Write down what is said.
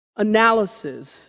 analysis